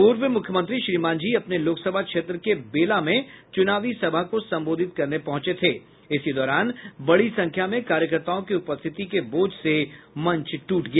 पूर्व मुख्यमंत्री श्री मांझी अपने लोकसभा क्षेत्र के बेला में चुनावी सभा को संबोधित करने पहुंचे थे और इसी दौरान बड़ी संख्या में कार्यकर्ताओं की उपस्थिति के बोझ से मंच टूट गया